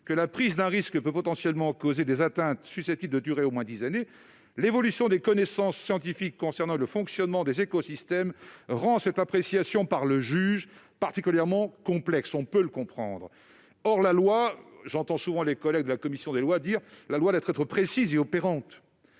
que la prise d'un risque peut potentiellement causer des atteintes susceptibles de durer au moins dix années. L'évolution des connaissances scientifiques concernant le fonctionnement des écosystèmes rend cette appréciation par le juge particulièrement complexe »- on peut le comprendre ! Or j'entends souvent nos collègues de la commission des lois dire que la loi doit être précise et opérante.